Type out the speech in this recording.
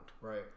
Right